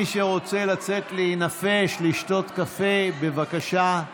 מי שרוצה לצאת להינפש, לשתות קפה, בבקשה.